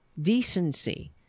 decency